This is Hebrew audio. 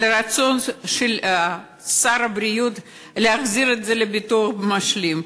הרצון של שר הבריאות להחזיר את זה לביטוח המשלים.